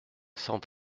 cent